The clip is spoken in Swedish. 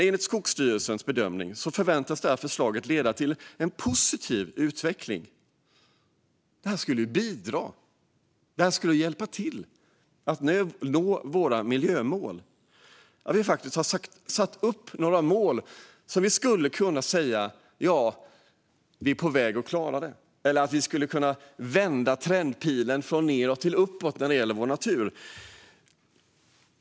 Enligt Skogsstyrelsens bedömning förväntas förslaget leda till en positiv utveckling. Det skulle bidra och hjälpa oss att nå våra miljömål. Vi har satt upp några mål som vi skulle kunna säga att vi är på väg att klara. Vi skulle kunna vända trendpilen från att peka nedåt till uppåt när det gäller vår natur.